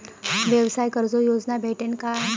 व्यवसाय कर्ज योजना भेटेन का?